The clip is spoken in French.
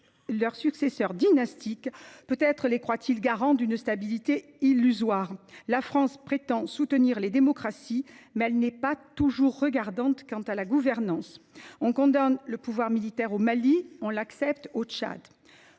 leurs successeurs dynastiques. Peut être les croit il garants d’une stabilité illusoire ? La France prétend soutenir les démocraties, mais elle n’est pas toujours regardante quant à la gouvernance : on condamne le pouvoir militaire au Mali, on l’accepte au Tchad